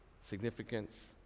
significance